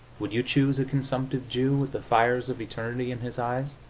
would you choose a consumptive jew with the fires of eternity in his eyes,